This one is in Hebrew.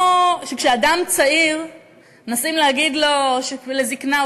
כשאדם צעיר ומנסים להגיד לו שהוא צריך לחסוך לזיקנה,